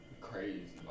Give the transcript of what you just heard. crazy